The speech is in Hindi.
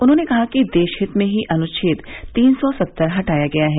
उन्होंने कहा कि देशहित में ही अनुच्छेद तीन सौ सत्तर हटाया गया है